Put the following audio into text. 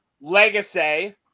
Legacy